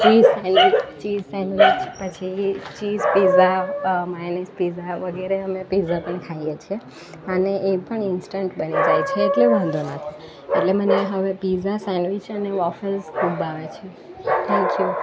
cheese sandwich cheese sandwich પછી cheese pizza mayonnaise pizza વગેરે અમે પીઝા બી ખાઈએ છીએ અને એ પણ ઇન્સ્ટન્ટ બની જાય છે એટલે વાંધો નથી એટલે મને હવે પીઝા સેન્ડવીચ એન વોફેલ્સ પણ ભાવે છે થેન્ક યુ